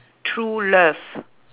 true love